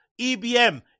EBM